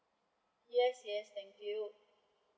yes yes thank you